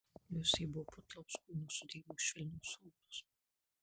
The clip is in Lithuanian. liusė buvo putlaus kūno sudėjimo švelnios odos